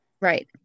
Right